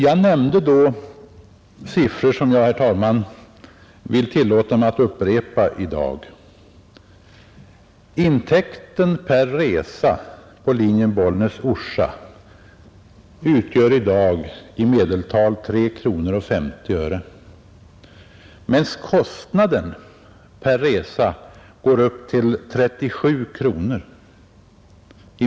Jag nämnde då vissa siffror, som jag, herr talman, vill tillåta mig att upprepa i dag. Intäkten per resa på linjen Bollnäs—Orsa utgör i medeltal 3:50 kronor, medan kostnaden i medeltal per resa går upp till 37 kronor.